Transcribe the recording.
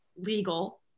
legal